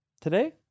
today